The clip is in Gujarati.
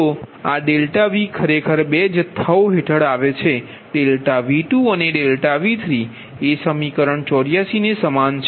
તો આ ∆Vખરેખર 2 જથ્થાઓ હેઠળ આવે છે ∆V2 અને ∆V3 એ સમીકરણ 84 ને સમાન છે